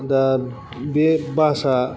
दा बे बासा